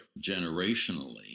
generationally